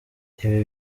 ibi